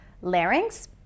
larynx